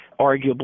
arguably